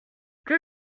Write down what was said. que